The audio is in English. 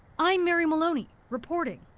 i'm mary moloney, reporting.